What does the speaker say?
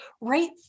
right